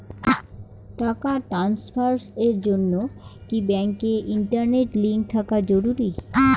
টাকা ট্রানস্ফারস এর জন্য কি ব্যাংকে ইন্টারনেট লিংঙ্ক থাকা জরুরি?